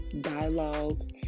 Dialogue